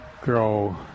grow